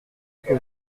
que